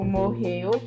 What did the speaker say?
morreu